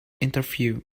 interview